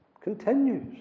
continues